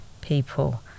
people